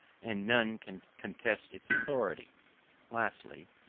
and none can contest its authority lastly,